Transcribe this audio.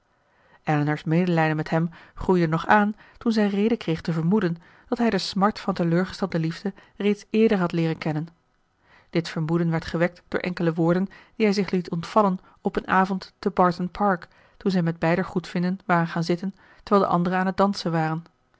elinor's medelijden met hem groeide nog aan toen zij reden kreeg te vermoeden dat hij de smart van teleurgestelde liefde reeds eerder had leeren kennen dit vermoeden werd gewekt door enkele woorden die hij zich liet ontvallen op een avond te barton park toen zij met beider goedvinden waren gaan zitten terwijl de anderen aan het dansen waren